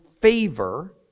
favor